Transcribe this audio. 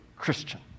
Christian